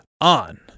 on